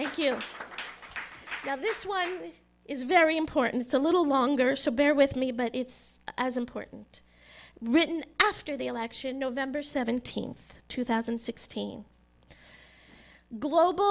thank you this one is very important it's a little longer so bear with me but it's as important written after the election november seventeenth two thousand and sixteen global